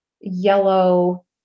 yellow